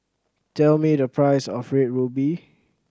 tell me the price of Red Ruby